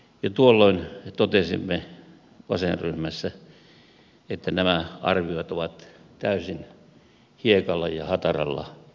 jo tuolloin totesimme vasenryhmässä että nämä arviot ovat täysin hiekalla ja hataralla pohjalla